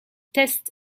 tests